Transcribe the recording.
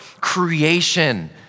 creation